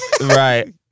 Right